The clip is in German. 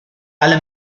alle